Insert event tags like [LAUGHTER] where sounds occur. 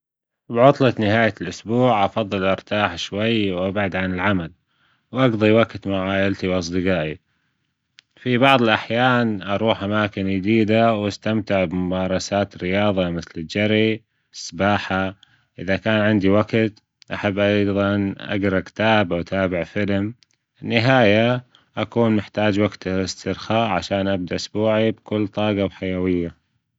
بعطلة نهاية الأسبوع أفضل أرتاح شوي وأبعد عن العمل واقضي وقت مع عائلتي وأصدجائي، في بعض الأحيان أروح أماكن جديدة [NOISE] وأستمتع بممارسات رياضة مثل الجري، السباحة، إذا كان عندي وقت أحب أيضا اجرأ كتاب أتابع فيلم، النهاية أكون محتاج وقت إسترخاء عشان أبدأ أسبوعي بكل طاقة وحيوية.